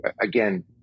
Again